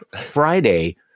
Friday